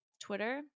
Twitter